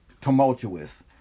tumultuous